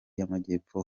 y’amajyepfo